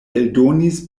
eldonis